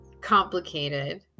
complicated